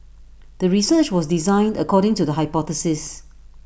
the research was designed according to the hypothesis